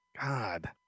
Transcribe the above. God